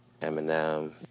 Eminem